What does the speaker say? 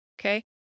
Okay